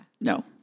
no